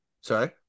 sorry